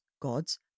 gods